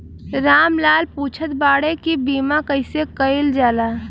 राम लाल पुछत बाड़े की बीमा कैसे कईल जाला?